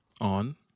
On